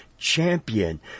champion